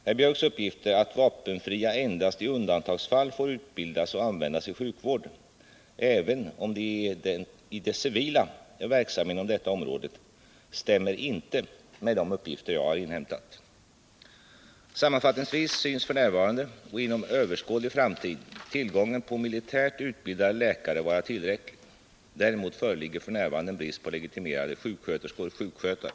Herr Biörcks uppgifter att vapenfria endast i undantagsfall får utbildas och användas i sjukvård, även om de i det civila är verksamma inom detta område, stämmer inte med de uppgifter jag har inhämtat. Sammanfattningsvis synes f. n. och inom överskådlig framtid tillgången på militärt utbildade läkare vara tillräcklig. Däremot föreligger f. n. en brist på legitimerade sjuksköterskor/sjukskötare.